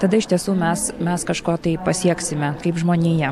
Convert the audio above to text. tada iš tiesų mes mes kažko tai pasieksime kaip žmonija